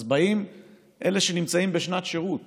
אז באים אלה שנמצאים בשנת שירות